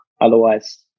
Otherwise